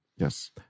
Yes